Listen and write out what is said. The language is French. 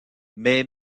mais